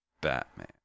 Batman